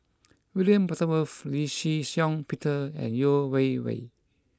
William Butterworth Lee Shih Shiong Peter and Yeo Wei Wei